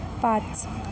पाच